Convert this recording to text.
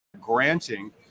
granting